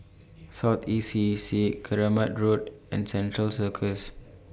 South East C Keramat Road and Central Circus